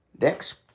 next